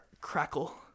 crackle